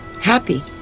happy